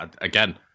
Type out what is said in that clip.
Again